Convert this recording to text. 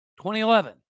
2011